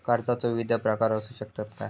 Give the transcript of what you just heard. कर्जाचो विविध प्रकार असु शकतत काय?